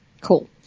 cool